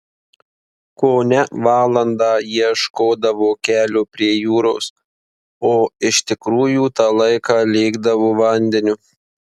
kone valandą ieškodavo kelio prie jūros o iš tikrųjų tą laiką lėkdavo vandeniu